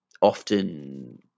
often